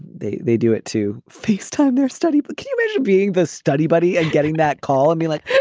they they do it to face time. their study but came into being the study buddy and getting that call and be like,